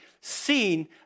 seen